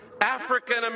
African